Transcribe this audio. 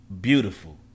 beautiful